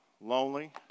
lonely